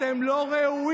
אתם לא ראויים.